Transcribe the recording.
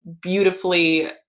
beautifully